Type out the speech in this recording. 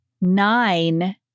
nine